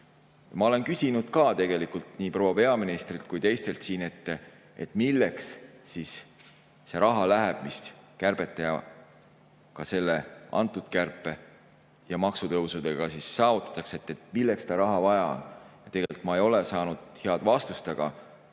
Ma olen küsinud tegelikult nii proua peaministrilt kui teistelt siin, milleks see raha läheb, mida kärbete, ka selle kärpe ja maksutõusudega saavutatakse. Milleks seda raha vaja on? Ja tegelikult ma ei ole saanud head vastust.